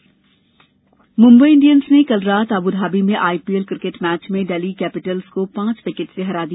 IPL Mumbai Indians ने कल रात अब् धाबी में आईपीएल क्रिकेट के मैच में डेल्ही कैपिटल्स को पांच विकेट से हरा दिया